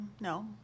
no